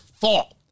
fault